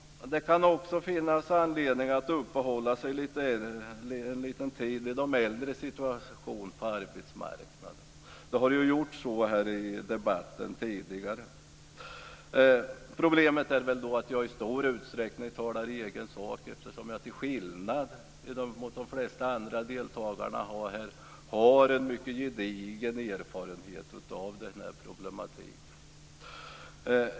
Det kan också finnas anledning att uppehålla sig en liten stund vid de äldres situation på arbetsmarknaden. Den har berörts också tidigare i debatten. Jag talar i stor utsträckning i egen sak, eftersom jag till skillnad från de flesta andra av debattdeltagarna har en mycket gedigen erfarenhet av den här problematiken.